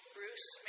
Bruce